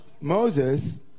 Moses